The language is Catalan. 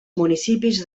municipis